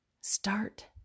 Start